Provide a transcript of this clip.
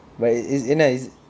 but is is என்ன:enna is